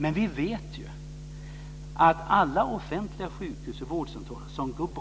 Men vi vet ju att alla offentliga sjukhus och vårdcentraler som går bra i